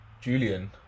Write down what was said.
Julian